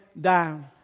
down